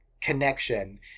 Connection